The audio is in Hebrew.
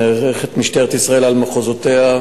גם השנה נערכת משטרת ישראל על מחוזותיה,